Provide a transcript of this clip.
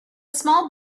small